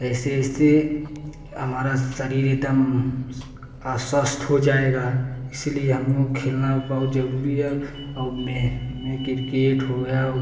ऐसे ऐसे हमारा शरीर एकदम अस्वस्थ हो जायेगा इसलिए हम लोग खेलना बहुत जरुरी है और मैं मैं क्रिकेट हो गया